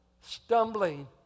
stumbling